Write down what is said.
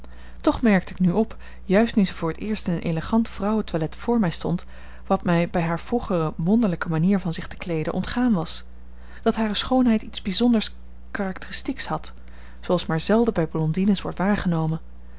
toch merkte ik nu op juist nu zij voor t eerst in een elegant vrouwentoilet voor mij stond wat mij bij haar vroegere wonderlijke manier van zich te kleeden ontgaan was dat hare schoonheid iets bijzonders karakteristieks had zooals maar zelden bij blondines wordt waargenomen